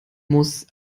muss